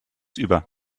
über